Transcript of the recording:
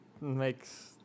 makes